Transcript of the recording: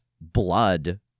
blood